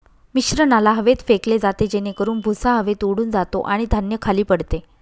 मिश्रणाला हवेत फेकले जाते जेणेकरून भुसा हवेत उडून जातो आणि धान्य खाली पडते